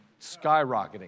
skyrocketing